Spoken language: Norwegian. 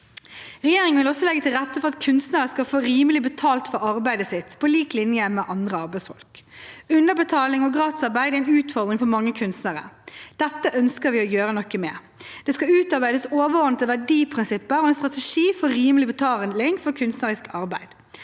Regjeringen vil også legge til rette for at kunstnere skal få rimelig betalt for arbeidet sitt, på lik linje med andre arbeidsfolk. Underbetaling og gratisarbeid er en utfordring for mange kunstnere. Dette ønsker vi å gjøre noe med. Det skal utarbeides overordnede verdiprinsipper og en strategi for rimelig betaling for kunstnerisk arbeid.